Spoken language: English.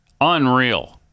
Unreal